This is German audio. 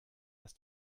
dass